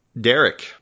Derek